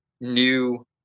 new